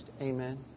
Amen